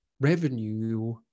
revenue